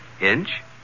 Inch